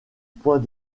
point